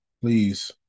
please